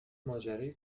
ماجرای